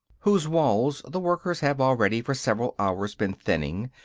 whose walls the workers have already for several hours been thinning,